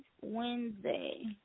Wednesday